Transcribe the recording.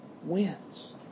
wins